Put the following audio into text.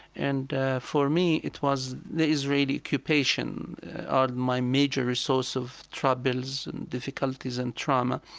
and for me, it was the israeli occupation are my major source of troubles and difficulties and trauma.